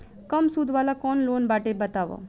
कम सूद वाला कौन लोन बाटे बताव?